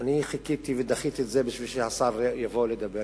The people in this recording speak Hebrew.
אני חיכיתי ודחיתי את זה בשביל שהשר יבוא לדבר,